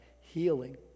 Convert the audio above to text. healing